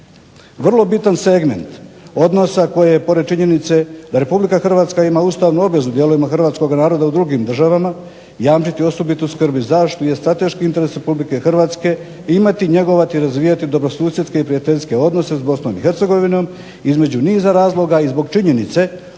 Vrlo bitan segment odnosa koje je pored činjenice da RH ima ustavnu obvezu dijelovima hrvatskoga naroda u drugim državama jamčiti osobitu skrb i zaštitu je strateški interes RH i imati, njegovati i razvijati dobrosusjedske i prijateljske odnose s BiH između niza razloga i zbog činjenice da